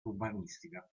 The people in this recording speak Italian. urbanistica